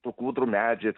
tų kūdrų medžiais